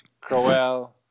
Crowell